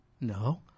No